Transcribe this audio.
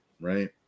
right